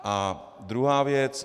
A druhá věc.